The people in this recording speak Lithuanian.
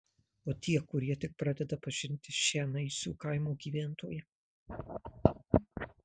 o tie kurie tik pradeda pažinti šią naisių kaimo gyventoją